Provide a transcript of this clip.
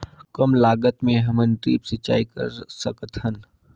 कम लागत मे हमन ड्रिप सिंचाई कर सकत हन?